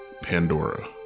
Pandora